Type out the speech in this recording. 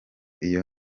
iyo